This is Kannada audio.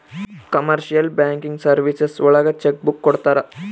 ಕಮರ್ಶಿಯಲ್ ಬ್ಯಾಂಕಿಂಗ್ ಸರ್ವೀಸಸ್ ಒಳಗ ಚೆಕ್ ಬುಕ್ ಕೊಡ್ತಾರ